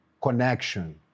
connection